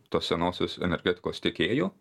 tos senosios energetikos tiekėjų